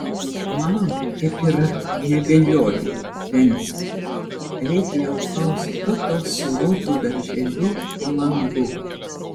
man kaip ir neabejoju venciui reikia jaukaus buto su rūtų darželiu po langu